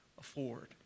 afford